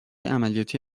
عملیاتی